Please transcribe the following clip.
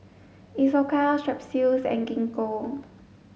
Isocal Strepsils and Gingko